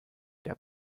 der